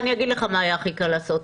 אני אגיד לך מה היה הכי קל לעשות.